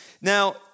Now